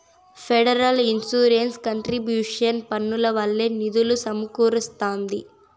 federal insurance contribution పన్నుల వల్లే నిధులు సమకూరస్తాంది